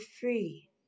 free